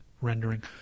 rendering